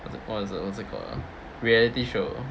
was it what is it what's it called ah reality show